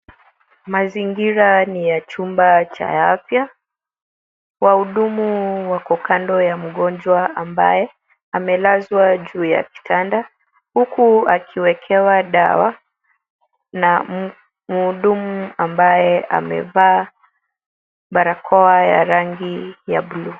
Mazingira ni ya chumba cha afya. Wahudumu wako kando ya mgonjwa ambaye amelazwa juu ya kitanda huku akiwekewa dawa na mhudumu ambaye amevaa barakoa ya rangi ya blue .